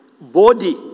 body